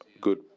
good